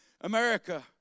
America